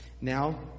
Now